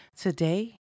today